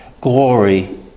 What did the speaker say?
glory